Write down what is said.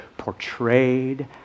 Portrayed